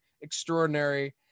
extraordinary